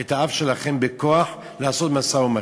את האף שלכם בכוח לעשות משא-ומתן?